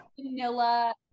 vanilla